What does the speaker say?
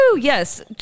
Yes